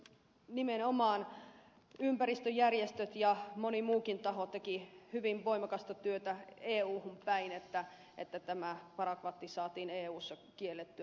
nimenomaan ympäristöjärjestöt ja moni muukin taho tekivät hyvin voimakasta työtä euhun päin että parakvatti saatiin eussa kiellettyä